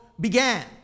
began